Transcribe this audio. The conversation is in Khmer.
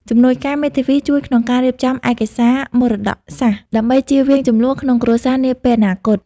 ជំនួយការមេធាវីជួយក្នុងការរៀបចំឯកសារមរតកសាសន៍ ដើម្បីចៀសវាងជម្លោះក្នុងគ្រួសារនាពេលអនាគត។